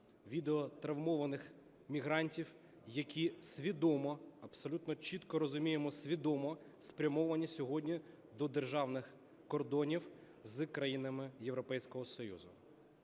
відео травмованих мігрантів, які свідомо, абсолютно чітко розуміємо, свідомо спрямовані сьогодні до державних кордонів з країнами Європейського Союзу.